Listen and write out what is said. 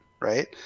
right